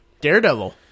Daredevil